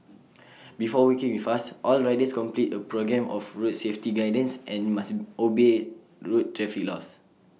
before working with us all riders complete A programme of road safety guidance and must obey road traffic laws